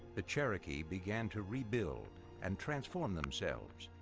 the cherokee began to rebuild and transform themselves.